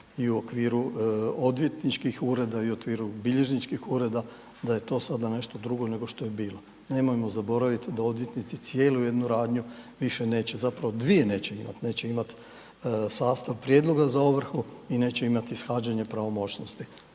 i u okviru odvjetničkih ureda i u okviru bilježničkih ureda da je to sada nešto drugo nešto što je bilo. Nemojmo zaboraviti da odvjetnici cijelu jednu radnju više neće, zapravo dvije neće imati. Neće imati sastav prijedloga za ovrhu i neće imati ishođenje pravomoćnosti.